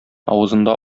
авызында